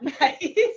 Nice